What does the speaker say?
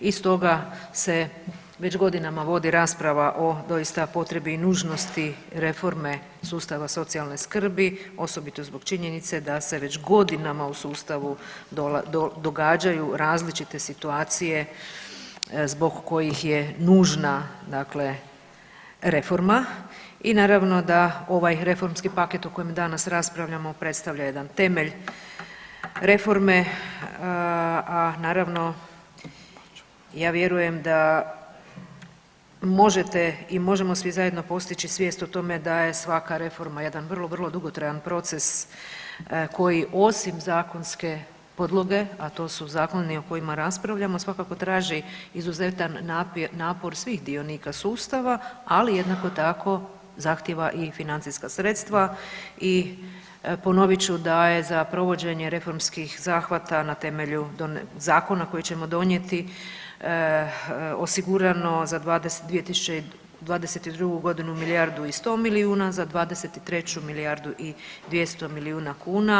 I stoga se već godinama vodi rasprava o doista potrebi i nužnosti reforme sustava socijalne skrbi osobito zbog činjenice da se već godinama u sustavu događaju različite situacije zbog kojih je nužna dakle reforma i naravno da ovaj reformski paket o kojem danas raspravljamo predstavlja jedan temelj reforme, a naravno ja vjerujem da možete i možemo svi zajedno postići svijest o tome da je svaka reforma jedan vrlo vrlo dugotrajan proces koji osim zakonske podloge, a to su zakoni o kojima raspravljamo svakako traži izuzetan napor svih dionika sustava, ali jednako tako zahtjeva i financijska sredstva i ponovit ću da je za provođenje reformskih zahvata na temelju zakona koje ćemo donijeti osigurano za 2022.g. milijardu i 100 milijuna, za '23. milijardu i 200 milijuna kuna.